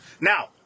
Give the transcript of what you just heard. Now